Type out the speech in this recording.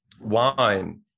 wine